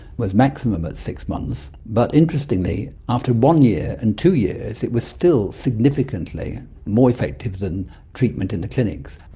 was maximum at six months, but interestingly after one year and two years it was still significantly more effective than treatment in the clinics.